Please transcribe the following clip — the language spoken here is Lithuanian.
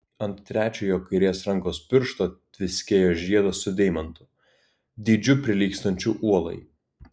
ant trečiojo kairės rankos piršto tviskėjo žiedas su deimantu dydžiu prilygstančiu uolai